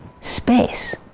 space